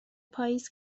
پائیز